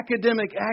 academic